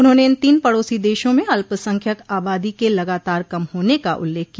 उन्होंने इन तीन पड़ोसी देशों में अल्पसंख्यक आबादी के लगातार कम होने का उल्लेख किया